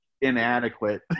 Inadequate